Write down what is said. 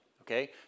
okay